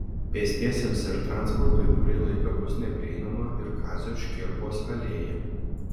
pėstiesiems ir transportui kurį laiką bus neprieinama ir kazio škirpos alėja